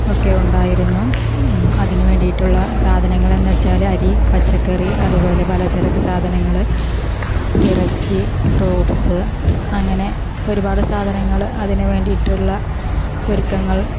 ഒക്കെ ഉണ്ടായിരുന്നു അതിന് വേണ്ടിയിട്ടുള്ള സാധനങ്ങൾ എന്താ വെച്ചാൽ അരി പച്ചക്കറി അതുപോലെ പലചരക്ക് സാധനങ്ങൾ ഇറച്ചി ഫ്രൂട്ട്സ് അങ്ങനെ ഒരുപാട് സാധനങ്ങൾ അതിന് വേണ്ടിയിട്ടുള്ള ഒരുക്കങ്ങൾ